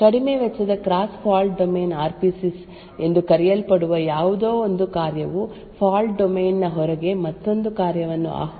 ಕಡಿಮೆ ವೆಚ್ಚದ cross fault domain R P C s ಎಂದು ಕರೆಯಲ್ಪಡುವ ಯಾವುದೋ ಒಂದು ಕಾರ್ಯವು ಫಾಲ್ಟ್ ಡೊಮೇನ್ ನ ಹೊರಗೆ ಮತ್ತೊಂದು ಕಾರ್ಯವನ್ನು ಆಹ್ವಾನಿಸುವ ಏಕೈಕ ಮಾರ್ಗವಾಗಿದೆ